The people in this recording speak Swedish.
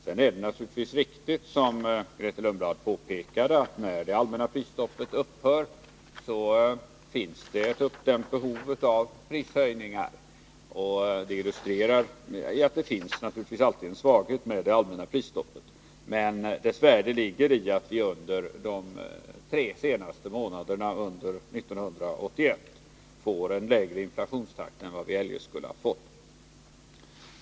Sedan är det riktigt som Grethe Lundblad påpekar att när det allmänna prisstoppet upphör finns det ett uppdämt behov av prishöjningar. Detta illustrerar att det alltid finns en svaghet med det allmänna prisstoppet, men dess värde ligger i att vi under de tre senaste månaderna 1981 får en lägre inflationstakt än vad vi eljest skulle ha fått.